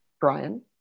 Brian